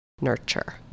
nurture